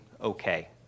okay